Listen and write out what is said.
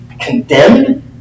condemned